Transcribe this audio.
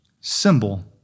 symbol